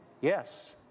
Yes